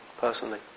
personally